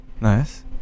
nice